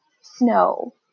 snow